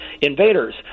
invaders